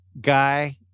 guy